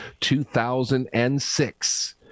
2006